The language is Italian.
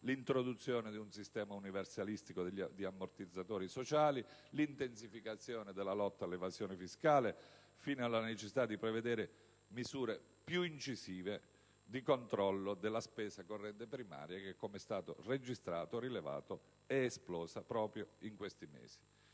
all'introduzione di un sistema universalistico di ammortizzatori sociali; dall'intensificazione della lotta all'evasione fiscale alla necessità di prevedere misure più incisive di controllo della spesa corrente primaria che, come è stato rilevato, è esplosa proprio in questi mesi.